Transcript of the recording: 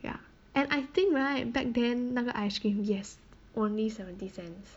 ya and I think right back then 那个 ice cream yes only seventy cents